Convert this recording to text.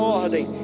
ordem